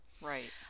right